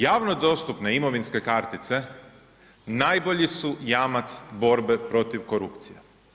Javno dostupne imovinske kartice najbolji su jamac borbe protiv korupcije.